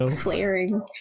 Flaring